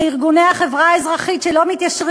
שארגוני החברה האזרחית שלא מתיישרים